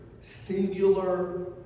singular